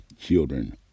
children